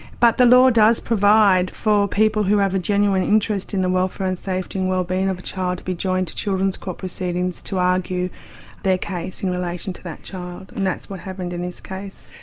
but the law does provide for people who have a genuine interest in the welfare and safety and wellbeing of a child to be joined to children's court proceedings to argue their case in relation to that child, and that's what happened in this case.